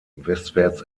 westwärts